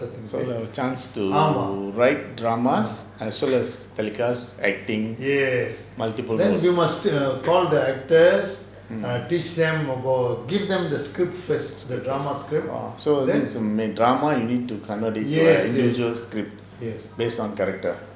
so got chance to write dramas as well as telecast acting multiple roles mm !wah! so this drama you need to convert it to a individual script based on character